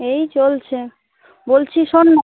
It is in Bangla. এই চলছে বলছি শোন না